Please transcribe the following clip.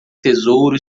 tesouro